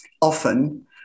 often